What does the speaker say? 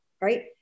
right